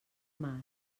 mar